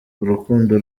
urukundo